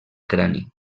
crani